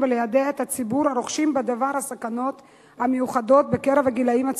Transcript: וליידע את ציבור הרוכשים בדבר הסכנות המיוחדות בקרב הגילאים הצעירים.